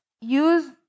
use